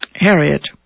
Harriet